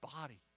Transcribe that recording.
body